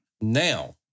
Now